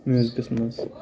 میوٗزکَس منٛز